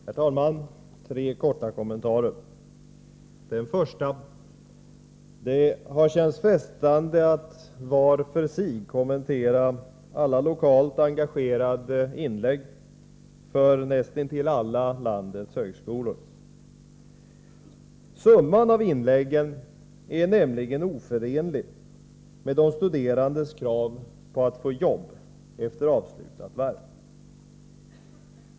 Herr talman! Jag vill göra tre korta kommentarer. Det känns frestande att var för sig kommentera alla lokalt engagerade inlägg för näst intill landets alla högskolor. Summan av inläggen är nämligen oförenlig med de studerandes krav på att få jobb efter avslutat värv.